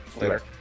Later